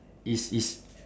it's it's